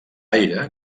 aire